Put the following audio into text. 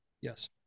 Yes